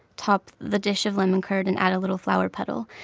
top the dish of lemon curd and add a little flower petal.